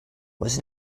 was